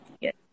yes